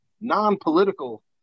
non-political